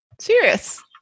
Serious